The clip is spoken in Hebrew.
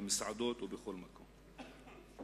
במסעדות ובכל מקום.